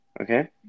Okay